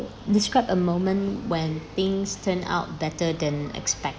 describe a moment when things turn out better than expected